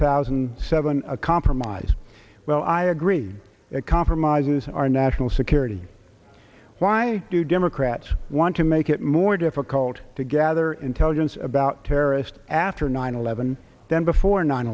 thousand and seven a compromise well i agree it compromises our national security why do democrats want to make it more difficult to gather intelligence about terrorist after nine eleven than before nine